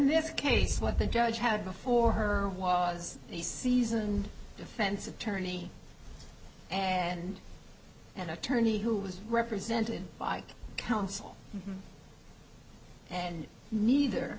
this case what the judge had before her was a seasoned defense attorney and an attorney who was represented by counsel and neither